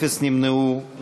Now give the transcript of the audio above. אפס נמנעו.